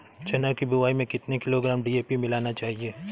चना की बुवाई में कितनी किलोग्राम डी.ए.पी मिलाना चाहिए?